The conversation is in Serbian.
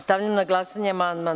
Stavljam na glasanje amandman.